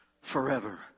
forever